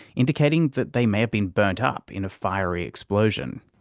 indicating that they may have been burnt up in a fiery explosion.